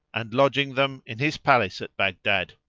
and lodging them in his palace at baghdad.